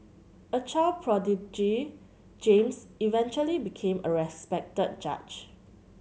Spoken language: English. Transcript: a child prodigy James eventually became a respected judge